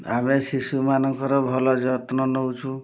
ଆମେ ଶିଶୁମାନଙ୍କର ଭଲ ଯତ୍ନ ନେଉଛୁ